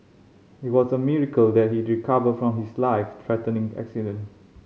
it was a miracle that he recovered from his life threatening accident